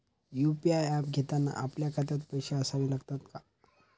UPI app घेताना आपल्या खात्यात पैसे असावे लागतात का?